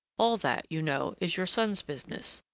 all that, you know, is your son's business,